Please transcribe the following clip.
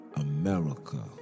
America